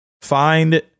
find